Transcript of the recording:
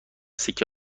سکه